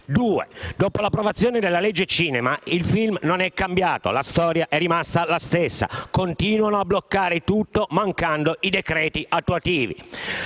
dopo l'approvazione della legge sul cinema, il film non è cambiato. La storia è rimasta la stessa: continuano a bloccare tutto mancando i decreti attuativi.